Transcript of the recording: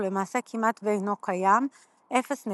ולמעשה כמעט ואינו קיים 0.002%